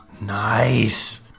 Nice